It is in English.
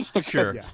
Sure